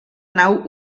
nau